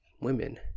women